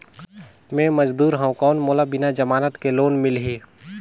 मे मजदूर हवं कौन मोला बिना जमानत के लोन मिलही?